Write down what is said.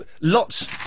lots